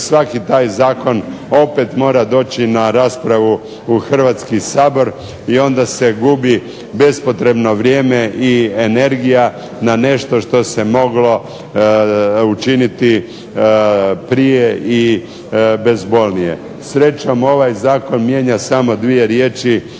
svaki taj zakon opet mora doći na raspravu u Hrvatski sabor i onda se gubi bespotrebno vrijeme i energija na nešto što se moglo učiniti prije i bezbolnije. Srećom ovaj Zakon mijenja samo dvije riječi